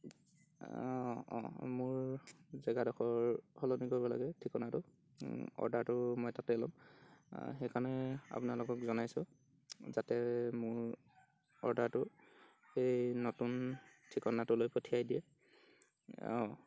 অঁ মোৰ জেগাডোখৰ সলনি কৰিব লাগে ঠিকনাটো অৰ্ডাৰটো মই তাতে ল'ম সেইকাৰণে আপোনালোকক জনাইছোঁ যাতে মোৰ অৰ্ডাৰটো সেই নতুন ঠিকনাটোলৈ পঠিয়াই দিয়ে অঁ